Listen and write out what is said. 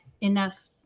enough